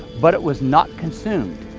but it was not consumed.